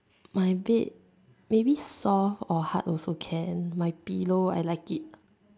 my bed maybe soft or hard also can my pillow I like it